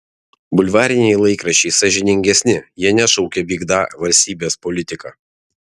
bulvariniai laikraščiai sąžiningesni jie nešaukia vykdą valstybės politiką